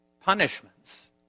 punishments